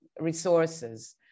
resources